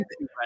right